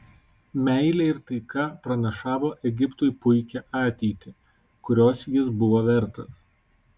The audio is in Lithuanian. meilė ir taika pranašavo egiptui puikią ateitį kurios jis buvo vertas